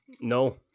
No